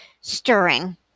stirring